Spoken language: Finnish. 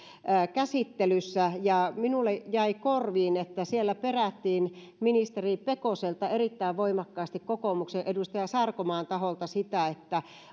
käsittelyssä ja minulle jäi korviin että siellä perättiin ministeri pekoselta erittäin voimakkaasti kokoomuksen edustaja sarkomaan taholta sitä